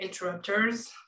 interrupters